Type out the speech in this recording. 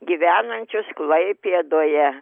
gyvenančius klaipėdoje